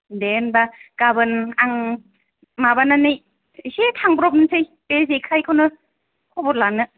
दे होमब्ला गाबोन आं माबानानै एसे थांब्रबसै बे जेखाइखौनो खबर लानो